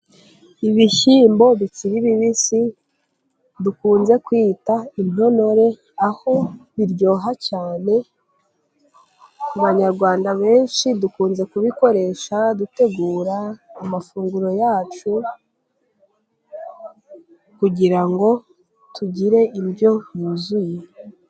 Ibishyimbo bikiri bibisi dukunze kwita intonore, aho biryoha cyane, abanyarwanda benshi dukunze kubikoresha dutegura amafunguro yacu, kugira ngo tugire indyo yuzuye.